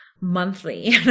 monthly